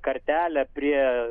kartelę prie